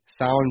Sound